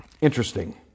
interesting